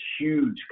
huge